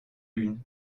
une